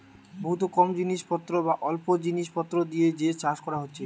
বহুত কম জিনিস পত্র বা অল্প জিনিস পত্র দিয়ে যে চাষ কোরা হচ্ছে